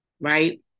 right